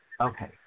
Okay